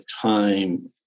time